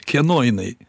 kieno jinai